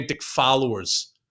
followers